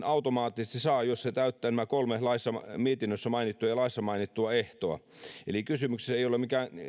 automaattisesti saa jos se täyttää nämä kolme mietinnössä mainittua ja laissa mainittua ehtoa eli kysymyksessä ei ole mikään